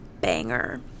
banger